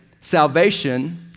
salvation